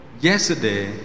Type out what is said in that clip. yesterday